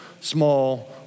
small